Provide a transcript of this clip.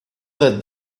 that